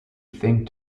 thing